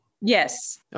Yes